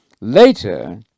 Later